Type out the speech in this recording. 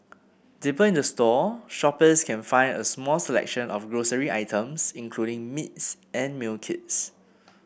deeper in the store shoppers can find a small selection of grocery items including meats and meal kits